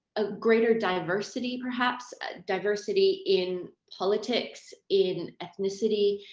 a greater diversity, perhaps diversity in politics, in ethnicity,